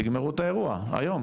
תגמרו את האירוע היום.